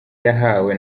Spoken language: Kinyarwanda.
yahawe